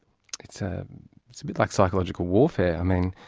it's ah it's a bit like psychological warfare, i mean,